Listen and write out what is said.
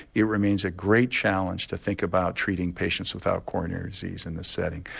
it remains a great challenge to think about treating patients without coronary disease in this setting.